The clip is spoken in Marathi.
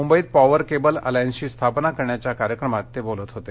मुंबईत पॉवर केबल अलायन्सची स्थापना करण्याच्या कार्यक्रमात ते बोलत होते